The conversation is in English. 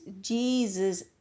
Jesus